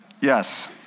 Yes